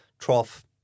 Trough